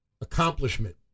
accomplishment